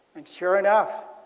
and sure enough